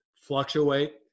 fluctuate